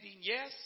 Yes